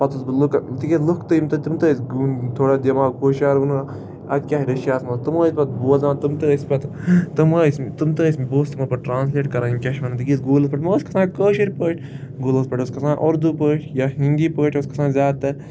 پَتہٕ اوسُس بہٕ لُکن تکیازِ لُکھ تہٕ یِم تِم تہِ ٲس تھوڑا دوان غوشار ونو اَتہِ کیاہ رشیاہس منٛز تِم ٲسۍ پَتہٕ بوزان تہِ ٲسۍ پَتہٕ تِم ٲسۍ تِم تہِ ٲسۍ مےٚ بہٕ اوسُس تمَن پَتہٕ ٹرٛانسلیٹ کَران کیاہ وَنان تِکیازِ گوٗگلَس پٮ۪ٹھ مہ اوس کھسان کٲشِر پٲٹھۍ گوٗگلَس پٮ۪ٹھ اوس کھسان اردوٗ پٲٹھۍ یا ہِندی پٲٹھۍ اوس کھَسان زیادٕ تَر